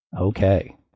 Okay